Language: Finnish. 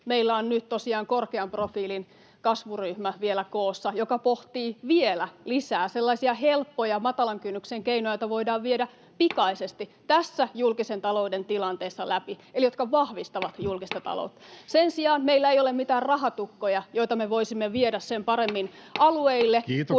meillä on nyt tosiaan vielä koossa korkean profiilin kasvuryhmä, joka pohtii vielä lisää sellaisia helppoja matalan kynnyksen keinoja, joita voidaan viedä pikaisesti tässä julkisen talouden tilanteessa läpi eli jotka vahvistavat julkista taloutta. Sen sijaan meillä ei ole mitään rahatukkoja, joita me voisimme viedä sen paremmin alueille